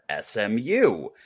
SMU